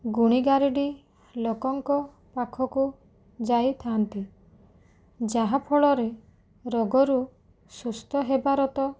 ଗୁଣି ଗାରେଡ଼ି ଲୋକଙ୍କ ପାଖକୁ ଯାଇଥାଆନ୍ତି ଯାହାଫଳରେ ରୋଗରୁ ସୁସ୍ଥ ହେବାର ତ